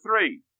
three